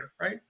Right